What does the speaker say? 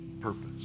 purpose